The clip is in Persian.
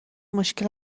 مشکل